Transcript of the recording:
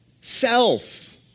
self